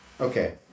Okay